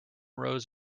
rows